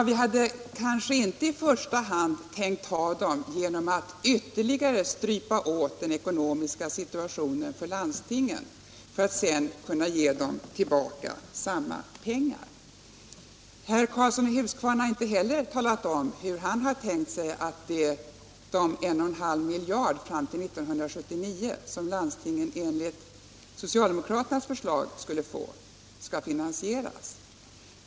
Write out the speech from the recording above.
Vi hade kanske inte i första hand tänkt ta dem från landstingen genom att ytterligare strypa åt deras ekonomi och sedan ge dem samma pengar tillbaka. Inte heller herr Karlsson i Huskvarna har talat om hur han har tänkt sig att finansiera de 1,5 miljarder som landstingen enligt socialdemokraternas förslag skulle få fram till 1979.